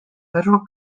federal